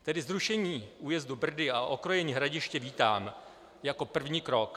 Tedy zrušení újezdu Brdy a okrojení Hradiště vítám jako první krok.